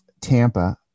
Tampa